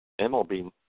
MLB